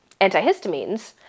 antihistamines